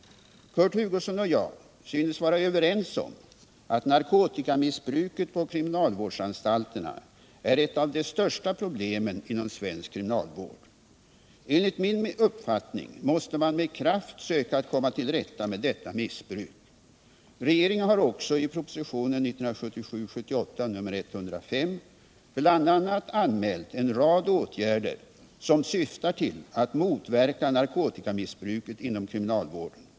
Kurt Hugosson och jag synes vara överens om att narkotikamissbruket på kriminalvårdsanstalterna är ett av de största problemen inom svensk kriminalvård. Enligt min uppfattning måste man med kraft söka att komma till rätta med detta missbruk. Regeringen har också i propositionen 1977/ 78:105 bl.a. anmält en rad åtgärder som syftar till att motverka narkotikamissbruket inom kriminalvården.